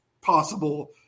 possible